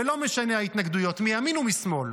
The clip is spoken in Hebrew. ולא משנות ההתנגדויות מימין ומשמאל,